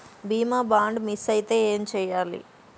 బీమా bond miss అయితే ఏం చేయాలి?